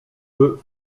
peu